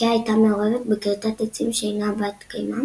איקאה הייתה מעורבת בכריתת עצים שאינה בת קיימא